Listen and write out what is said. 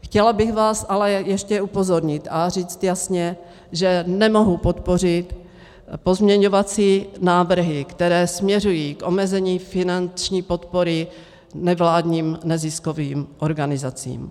Chtěla bych vás ale ještě upozornit a říct jasně, že nemohu podpořit pozměňovací návrhy, které směřují k omezení finanční podpory nevládním neziskovým organizacím.